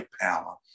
power